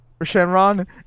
Shenron